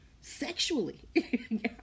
sexually